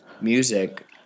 music